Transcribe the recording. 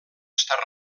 estar